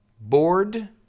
Bored